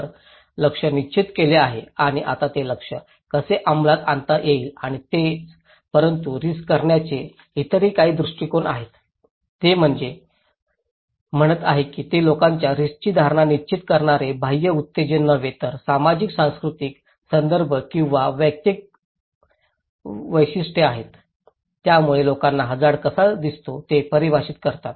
तर लक्ष्य निश्चित केले आहे आणि आता ते लक्ष्य कसे अंमलात आणता येईल आणि तेच परंतु रिस्क करण्याचे इतरही काही दृष्टीकोन आहेत ते असे म्हणत आहेत की ते लोकांच्या रिस्कची धारणा निश्चित करणारे बाह्य उत्तेजन नव्हे तर सामाजिक सांस्कृतिक संदर्भ किंवा वैयक्तिक वैशिष्ट्ये आहेत ज्यामुळे लोकांना हझार्ड कसा दिसतो ते परिभाषित करतात